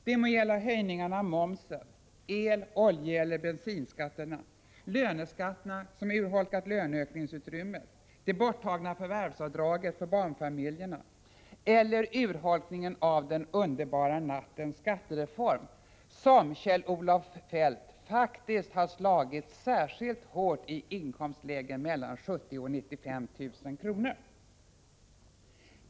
Det må gälla höjningarna av momsen, el-, oljeeller bensinskatterna, löneskatterna — som urholkar löneökningsutrymmet —, det borttagna förvärvsavdraget för barnfamiljerna eller urholkningen av den underbara nattens skattereform. Detta, Kjell-Olof Feldt, har faktiskt slagit särskilt hårt iinkomstlägen mellan 70 000 och 95 000 kr.